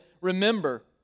remember